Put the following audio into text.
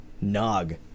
nog